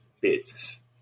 bits